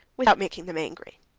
without making them angry.